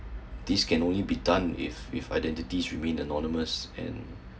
this can only be done if with identity should remain anonymous and